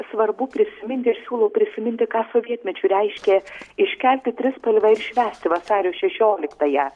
svarbu prisiminti ir siūlau prisiminti ką sovietmečiu reiškė iškelti trispalvę ir švęsti vasario šešioliktąją